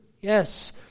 Yes